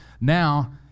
Now